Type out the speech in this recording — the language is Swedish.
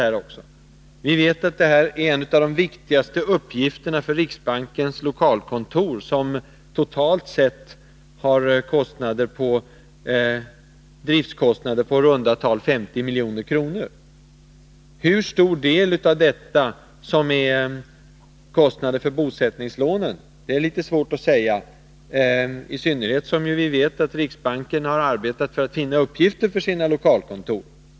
Vi vet att handläggningen av de här lånen är en av de viktigaste uppgifterna för riksbankens lokalkontor, som totalt sett har driftskostnader på i runt tal 50 milj.kr. Hur stor del av detta som är kostnader för bosättningslånen är litet svårt att säga, i synnerhet som vi vet att riksbanken har arbetat för att finna uppgifter för sina lokalkontor.